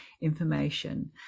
information